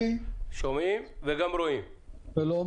שלום.